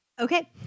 okay